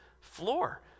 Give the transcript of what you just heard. floor